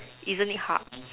isn't it hug